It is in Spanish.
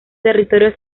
territorio